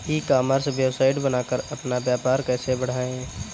ई commerce website बनाकर अपना व्यापार कैसे बढ़ाएँ?